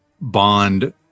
Bond